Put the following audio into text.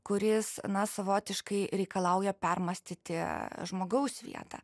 kuris na savotiškai reikalauja permąstyti žmogaus vietą